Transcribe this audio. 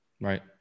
right